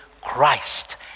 Christ